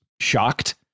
shocked